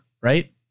right